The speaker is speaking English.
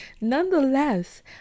Nonetheless